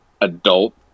adult